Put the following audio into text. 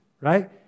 Right